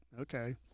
Okay